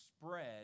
spread